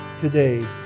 today